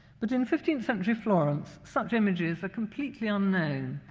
but in fifteenth century florence, such images are completely unknown,